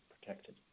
protected